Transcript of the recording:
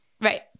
Right